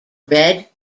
red